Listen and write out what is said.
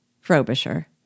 Frobisher